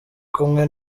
kumwe